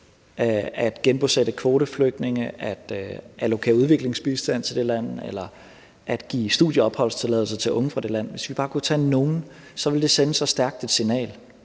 at genbosætte kvoteflygtninge, allokere udviklingsbistand til det land eller give studieopholdstilladelser til unge fra det land, så ville det sende så stærkt et signal